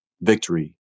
Victory